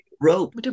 Rope